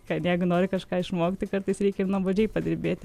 kad jeigu nori kažką išmokti kartais reikia ir nuobodžiai padirbėti